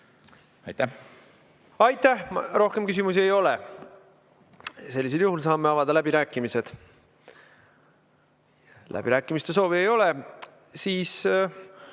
võtta. Aitäh! Rohkem küsimusi ei ole. Sellisel juhul saame avada läbirääkimised. Läbirääkimiste soovi ei ole. Siis